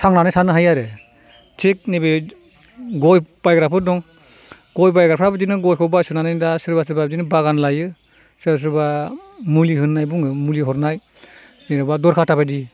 थांनानै थानो हायो आरो थिग नैबे गय बायग्राफोर दं गय बायग्राफोरा बिदिनो गयखौ बायसनानै दा सोरबा सोरबा बिदिनो बागान लायो सोरबा सोरबा मुलि होनाय बुङो मुलि हरनाय जेनेबा दरखाता बायदि